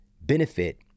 benefit